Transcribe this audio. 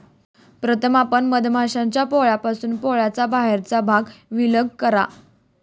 प्रथम आपण मधमाश्यांच्या पोळ्यापासून पोळ्याचा बाहेरचा भाग विलग करा